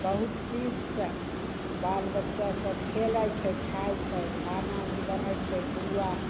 बहुत चीजसँ बालबच्चा सब खेलय छै खाइ छै खाना भी बनय छै पुआ